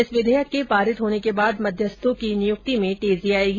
इस विधेयक के पारित होने के बाद मध्यस्थों की नियुक्ति में तेजी आयेगी